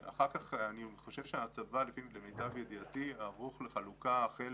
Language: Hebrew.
חושב שהצבא ערוך לחלוקה החל